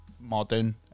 modern